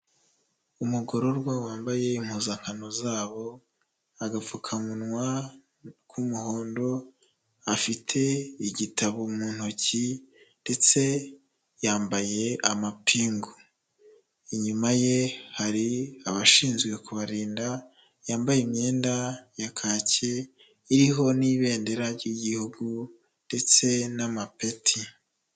Umugororwa wambaye impuzankano zabo, agapfukamunwa k'umuhondo, afite igitabo mu ntoki ndetse yambaye amapingu. Inyuma ye hari abashinzwe kubarinda, yambaye imyenda ya kake iriho n'ibendera ry'Igihugu ndetse n'amapeti.